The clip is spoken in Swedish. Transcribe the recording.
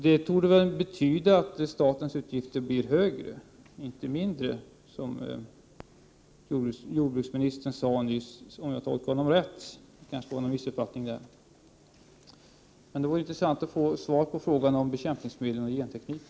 Det torde betyda att statens utgifter blir större, inte mindre —- som 55 jordbruksministern nyss sade, om jag tolkade honom rätt. Det vore, som sagt, intressant att få svar från jordbruksministern på mina frågor om bekämpningsmedlen och gentekniken.